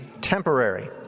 temporary